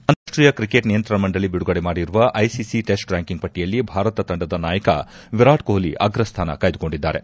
ಅಂತಾರಾಷ್ಟೀಯ ಕ್ರಿಕೆಟ್ ನಿಯಂತ್ರಣ ಮಂಡಳಿ ಬಿಡುಗಡೆ ಮಾಡಿರುವ ಐಸಿಸಿ ಟಿಸ್ಟ್ ಯಾಕಿಂಗ್ ಪಟ್ಟಿಯಲ್ಲಿ ಭಾರತ ತಂಡದ ನಾಯಕ ವಿರಾಟ್ ಕೊಹ್ಲಿ ಅಗ್ರಸ್ಡಾನ ಕಾಯ್ದುಕೊಂಡಿದ್ದಾರೆ